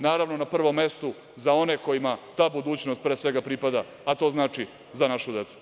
Naravno, na prvom mestu za one kojima ta budućnost, pre svega, pripada a to znači za našu decu.